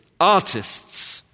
artists